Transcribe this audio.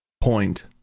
point